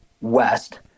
west